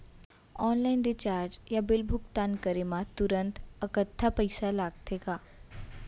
Online recharge या bill भुगतान करे मा तुरंत अक्तहा पइसा लागथे का?